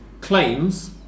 claims